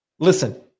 Listen